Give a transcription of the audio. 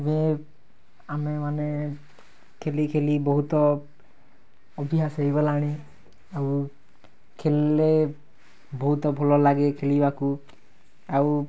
ଏବେ ଆମେମାନେ ଖେଲି ଖେଲି ବହୁତ ଅଭ୍ୟାସ ହୋଇଗଲାଣି ଆଉ ଖେଲିଲେ ବହୁତ ଭଲଲାଗେ ଖେଳିବାକୁ ଆଉ